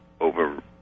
over